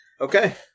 Okay